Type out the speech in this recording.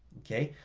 okay?